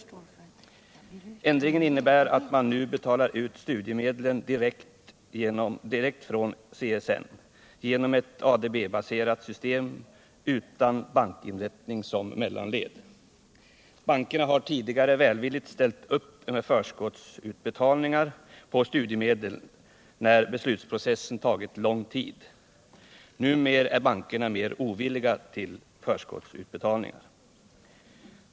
Ändringen innebär att man nu betalar ut studiemedlen direkt från CSN genom ett ADB-baserat system utan bankinrättning som mellanled. Bankerna har tidigare välvilligt ställt upp med förskottsutbetalningar på studiemedel, när beslutsprocessen tagit lång tid, men de är numera mer ovilliga till förskottsutbetalningar.